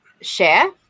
share